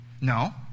No